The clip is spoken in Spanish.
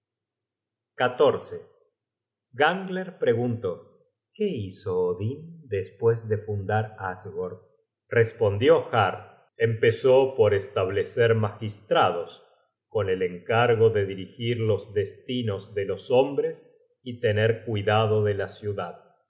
generated at gangler preguntó qué hizo odin despues de fundada asgord respondió har empezó por establecer magistrados con el encargo de dirigir los destinos de los hombres y tener cuidado de la ciudad